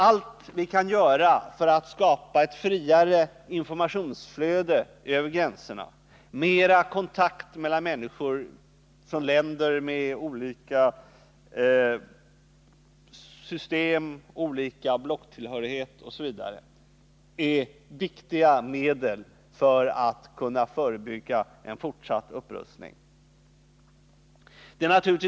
Allt vi kan göra för att skapa ett friare informationsflöde över gränserna samt mer kontakt mellan människor och länder med olika system, blocktillhörighet osv. är viktiga medel när det gäller att förebygga en fortsatt upprustning.